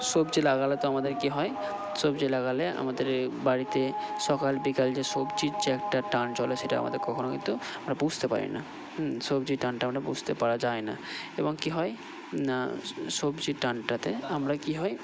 সবজি লাগালে তো আমাদের কি হয় সবজি লাগালে আমাদের বাড়িতে সকাল বিকাল যে সবজির যে একটা টান চলে সেটা আমদের কখনও কিন্তু আমরা বুঝতে পারি না সবজির টানটা আমরা বুঝতে পারা যায় না এবং কি হয় না সবজির টানটাতে আমরা কি হয়